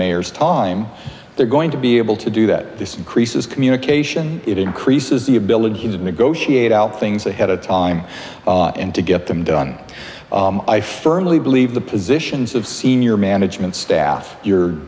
mayor's time they're going to be able to do that this increases communication it is increases the abilities of negotiate out things ahead of time and to get them done i firmly believe the positions of senior management staff your